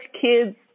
kids